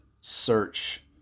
search